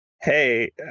Hey